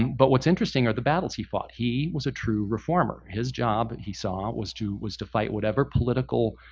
but what's interesting are the battles he fought. he was a true reformer. his job, he saw, was to was to fight whatever political